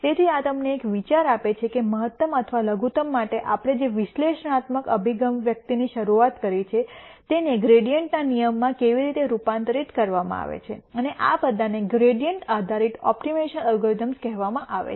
તેથી આ તમને એક વિચાર આપે છે કે મહત્તમ અથવા લઘુત્તમ માટે આપણે જે વિશ્લેષણાત્મક અભિવ્યક્તિની શરૂઆત કરી છે તેને ગ્રૈડીઅન્ટ ના નિયમમાં કેવી રીતે રૂપાંતરિત કરવામાં આવે છે અને આ બધાને ગ્રૈડીઅન્ટ આધારિત ઓપ્ટિમાઇઝેશન એલ્ગોરિધમ્સ કહેવામાં આવે છે